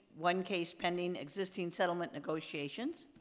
one case pending, existing settlement negotiations,